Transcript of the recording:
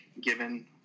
given